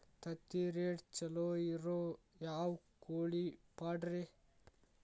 ತತ್ತಿರೇಟ್ ಛಲೋ ಇರೋ ಯಾವ್ ಕೋಳಿ ಪಾಡ್ರೇ?